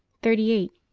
thirty eight.